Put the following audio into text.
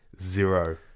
zero